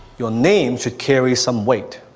your name should carry some weight.